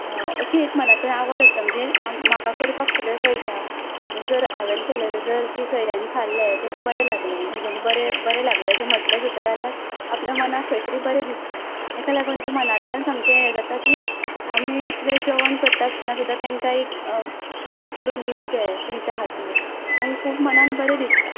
अशी एक मनांतल्यान एक आवड आसता म्हणजे हा म्हाका करपाक सगळें कळटा जर हावेन केल्लेलें जर त्या सयऱ्यांनी खाल्लें तेंका बरें लागलें आनी तेंच्यानी बरें बरें लागलें अशें म्हटलें सुद्दां जाल्यार आपल्या मनाक सुद्दां तरी बरें दिसता तेका लागून तें मनांतल्यान सामकें हें जाता की आमी इतलें जेवण करता आसतना सुद्दां तेकां एक कितें करून दिवचें तेंच्या खातीर मागीर मनांक खूब बरें दिसता